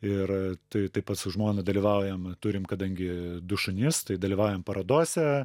ir tai taip pat su žmona dalyvaujam turim kadangi du šunis tai dalyvaujam parodose